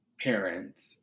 parents